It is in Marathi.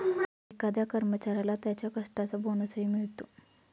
एखाद्या कर्मचाऱ्याला त्याच्या कष्टाचा बोनसही मिळतो